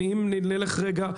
אם נלך רגע,